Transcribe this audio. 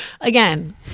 Again